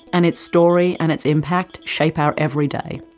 and its story and its impact shapes our everyday.